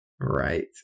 Right